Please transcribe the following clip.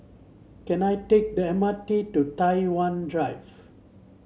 can I take the M R T to Tai Wan Drive